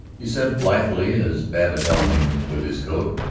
he said blithely, as babbitt helped him with his coat,